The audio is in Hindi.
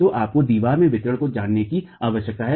तो आपको दीवारों के वितरण को जानने की आवश्यकता है